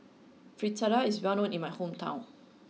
Fritada is well known in my hometown